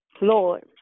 Lord